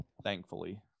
Thankfully